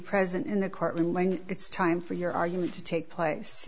present in the courtroom when it's time for your argument to take place